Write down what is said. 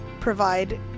provide